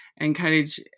encourage